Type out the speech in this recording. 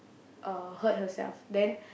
uh hurt herself then